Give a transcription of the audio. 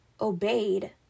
obeyed